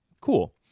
cool